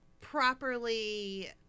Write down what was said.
properly